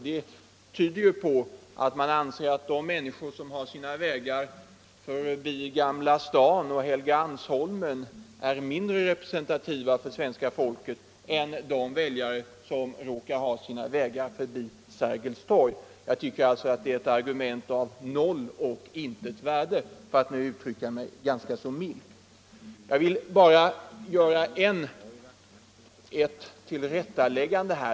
Det tyder på att man anser att de människor som har sina vägar förbi Gamla stan och Helgeandsholmen är mindre representativa för svenska folket än de människor som råkar ha sina vägar förbi Sergels torg. Det är ett argument av noll och intet värde, för att uttrycka sig milt. Jag vill bara göra ett påpekande.